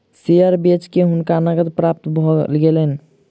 share बेच के हुनका नकद प्राप्त भ गेलैन